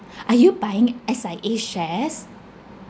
are you buying S_I_A shares